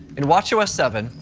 in watchos seven,